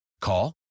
Call